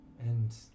And-